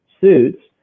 suits